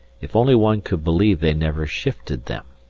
if only one could believe they never shifted them.